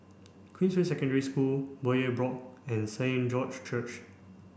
Queensway Secondary School Bowyer Block and Saint George Church